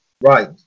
Right